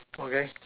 okay